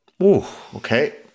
Okay